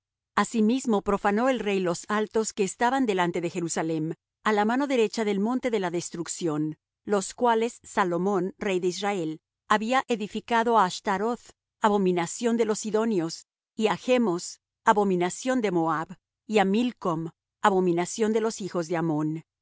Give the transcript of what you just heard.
asimismo profanó el rey los altos que estaban delante de jerusalem á la mano derecha del monte de la destrucción los cuales salomón rey de israel había edificado á astharoth abominación de los sidonios y á chmos abominación de moab y á milcom abominación de los hijos de ammón